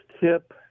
tip